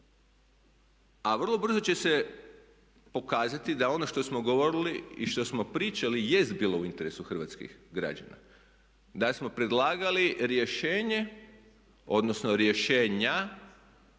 a vrlo brzo će se pokazati da ono što smo govorili i što smo pričali jest bilo u interesu hrvatskih građana, da smo predlagali rješenje odnosno rješenja